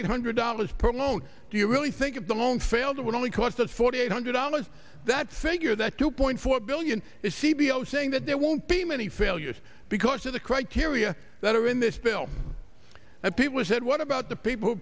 eight hundred dollars per loan do you really think if the loan fails it would only cost us forty eight hundred dollars that figure that two point four billion is c b s saying that there won't be many failures because of the criteria that are in this bill and people said what about the people who